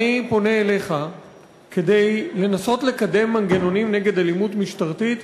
אני פונה אליך כדי לנסות לקדם מנגנונים נגד אלימות משטרתית,